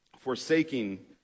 forsaking